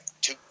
two